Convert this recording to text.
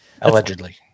allegedly